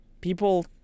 People